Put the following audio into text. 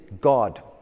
God